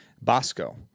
Bosco